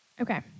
Okay